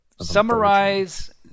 Summarize